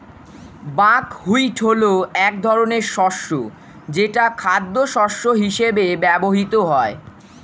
buckwheat হলো এক ধরনের শস্য যেটা খাদ্যশস্য হিসেবে ব্যবহৃত হয়